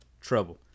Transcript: trouble